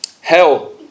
Hell